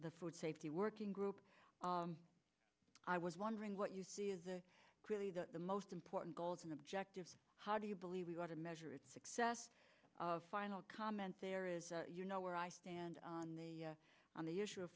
the food safety working group i was wondering what you see is the really the most important goals and objective how do you believe we ought to measure success of final comment there is you know where i stand on the on the issue of